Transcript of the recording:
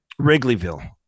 wrigleyville